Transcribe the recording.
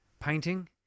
painting